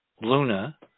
Luna